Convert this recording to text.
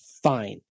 fine